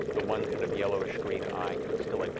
the one kind of yellowish-green eye kind of still like